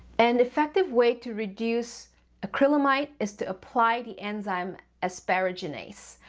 and effective way to reduce acrylamide is to apply the enzyme asparaginase.